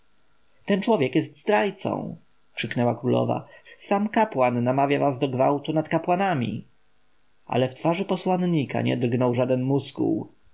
ten człowiek jest zdrajcą krzyknęła królowa sam kapłan namawia was do gwałtu nad kapłanami ale w twarzy posłannika nie drgnął żaden muskuł